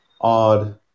odd